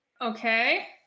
Okay